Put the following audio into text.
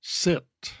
sit